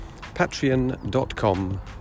patreon.com